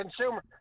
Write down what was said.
Consumer